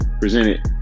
presented